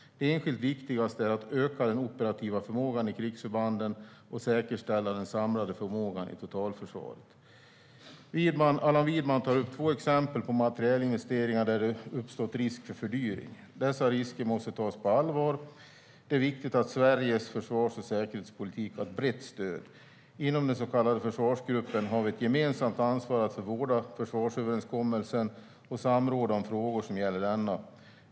Det enskilt viktigaste är att öka den operativa förmågan i krigsförbanden och att säkerställa den samlade förmågan i totalförsvaret. Allan Widman tar upp två exempel på materielinvesteringar där det uppstått risk för fördyring. Dessa risker måste tas på allvar. Det är viktigt att Sveriges försvars och säkerhetspolitik har ett brett stöd. Inom den så kallade försvarsgruppen har vi ett gemensamt ansvar att vårda försvarsöverenskommelsen och samråda om frågor som gäller denna.